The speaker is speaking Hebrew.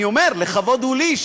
אני אומר, לכבוד הוא לי.